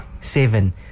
Seven